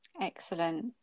excellent